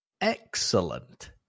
Excellent